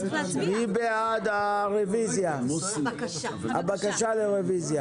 מי בעד הבקשה לרביזיה?